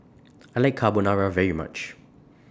I like Carbonara very much